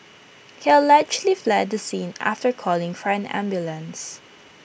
he allegedly fled the scene after calling for an ambulance